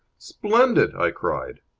splendid! i cried.